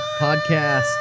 Podcast